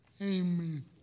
amen